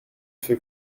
feu